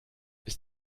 ist